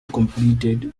completed